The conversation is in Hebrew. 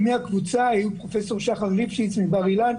בקבוצה שגיבשה את ההצעה היה פרופסור שחר ליפשיץ מבר אילן,